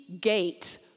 gate